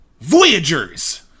Voyagers